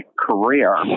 career